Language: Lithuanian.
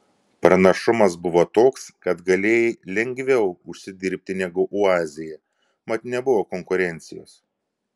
pranašumas buvo toks kad galėjai lengviau užsidirbti negu oazėje mat nebuvo konkurencijos